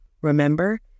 Remember